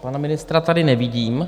Pana ministra tady nevidím.